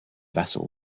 vessel